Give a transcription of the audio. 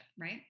right